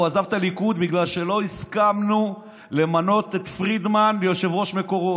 הוא עזב את הליכוד בגלל שלא הסכמנו למנות את פרידמן ליושב-ראש מקורות.